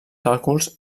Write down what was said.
càlculs